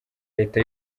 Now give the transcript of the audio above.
leta